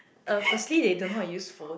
uh firstly they don't know how to use phones